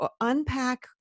unpack